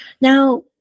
Now